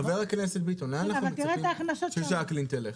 חבר הכנסת ביטון, לאן אנחנו מצפים שג'קלין תלך?